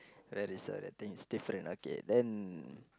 where we saw that things different okay then